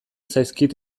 zaizkit